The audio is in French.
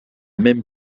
même